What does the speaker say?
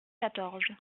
quatorze